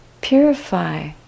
purify